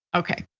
okay,